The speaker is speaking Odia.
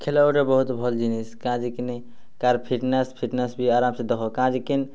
ଖେଲ ଗୁଟେ ବହୁତ୍ ଭଲ୍ ଜିନିଷ୍ କାଁ ଯେ କି ନି କାହାର୍ ଫିଟନେସ୍ ଫିଟନେସ୍ ବି ଆରାମ୍ ସେ ଦେଖ କାଁ ଯେ କି